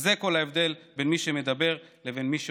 זה כל ההבדל בין מי שמדבר לבין מי שעושה.